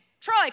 Troy